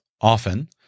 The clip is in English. often